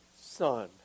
son